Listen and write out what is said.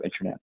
internet